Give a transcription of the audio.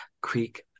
Creek